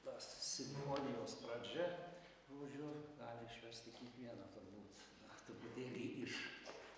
tas simonijos pradžia žodžiu gali išversti kiekvieną turbūt truputėlį iš